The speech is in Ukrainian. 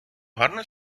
гарно